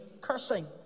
cursing